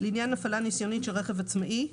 לעניין הפעלה ניסיונות של רכב עצמאי,